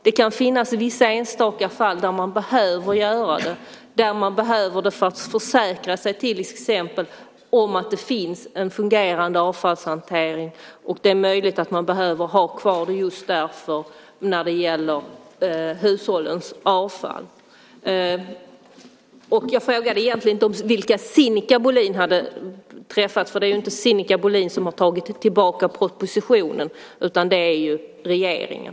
Det kan finnas enstaka fall där man behöver göra det för att till exempel försäkra sig om att det finns en fungerande avfallshantering. Det är möjligt att man just därför behöver ha kvar det när det gäller hushållens avfall. Jag frågade egentligen inte vilka Sinikka Bohlin hade träffat. Det är ju inte Sinikka Bohlin som har tagit tillbaka propositionen. Det är ju regeringen.